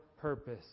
purpose